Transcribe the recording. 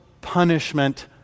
punishment